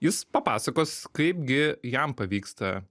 jis papasakos kaip gi jam pavyksta